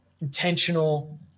intentional